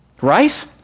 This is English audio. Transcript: right